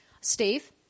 Steve